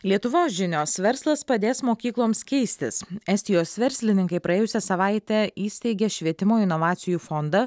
lietuvos žinios verslas padės mokykloms keistis estijos verslininkai praėjusią savaitę įsteigė švietimo inovacijų fondą